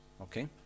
Okay